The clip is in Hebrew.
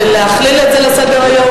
להכליל את זה בסדר-היום,